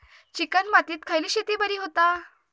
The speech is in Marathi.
चिकण मातीत खयली शेती बरी होता?